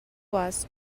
was